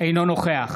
אינו נוכח